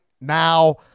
now